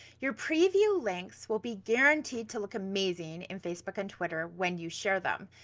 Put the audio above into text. your preview links will be guaranteed to look amazing in facebook and twitter when you share them.